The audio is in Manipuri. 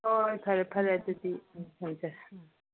ꯍꯣꯏ ꯍꯣꯏ ꯐꯔꯦ ꯐꯔꯦ ꯑꯗꯨꯗꯤ ꯊꯝꯖꯔꯦ ꯑꯥ